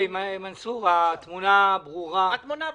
התמונה ברורה.